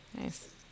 Nice